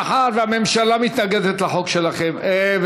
מאחר שהממשלה מתנגדת לחוק שלכן,